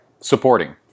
Supporting